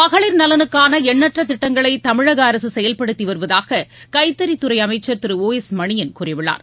மகளிர் நலனுக்கான எண்ணற்ற திட்டங்களை தமிழக அரசு செயல்படுத்தி வருவதூக கைத்தறித்துறை அமைச்சர் திரு ஓ எஸ் மணியன் கூறியுள்ளார்